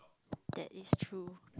that is true